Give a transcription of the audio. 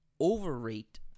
overrate